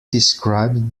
described